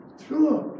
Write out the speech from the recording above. true